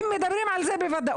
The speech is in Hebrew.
הם מדברים על זה בוודאות.